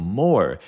more